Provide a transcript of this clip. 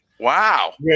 Wow